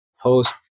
post